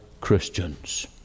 Christians